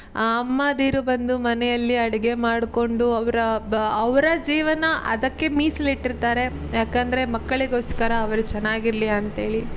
ಅಮ್ಮಂದಿರು ಬಂದು ಮನೆಯಲ್ಲಿ ಅಡಿಗೆ ಮಾಡಿಕೊಂಡು ಅವರ ಬ ಅವರ ಜೀವನ ಅದಕ್ಕೆ ಮೀಸಲಿಟ್ಟಿರ್ತಾರೆ ಯಾಕೆಂದ್ರೆ ಮಕ್ಕಳಿಗೋಸ್ಕರ ಅವರು ಚೆನ್ನಾಗಿರಲಿ ಅಂತ್ಹೇಳಿ